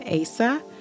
Asa